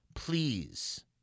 please